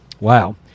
Wow